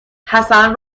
حسن